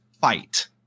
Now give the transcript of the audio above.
fight